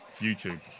YouTube